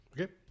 Okay